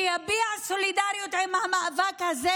שיביע סולידריות למאבק הזה,